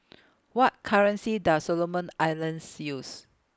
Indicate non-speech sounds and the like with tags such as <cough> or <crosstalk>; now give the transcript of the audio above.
<noise> What currency Does Solomon Islands use